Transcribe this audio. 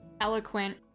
eloquent